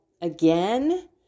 Again